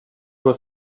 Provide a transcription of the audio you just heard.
was